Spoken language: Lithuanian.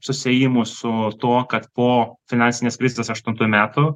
susiėjimu su tuo kad po finansinės krizės aštuntų metų